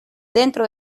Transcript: dentro